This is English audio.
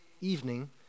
evening